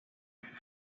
and